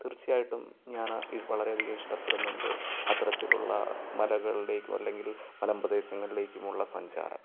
തീർച്ചയായിട്ടും ഞാൻ വളരെയധികം ഇഷ്ടപ്പെടുന്നുണ്ട് അത്തരത്തിലുള്ള മലകളിലേയ്ക്കും അല്ലെങ്കിൽ മലംപ്രദേശങ്ങളിലേക്കുമുള്ള സഞ്ചാരം